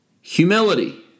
humility